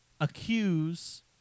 accuse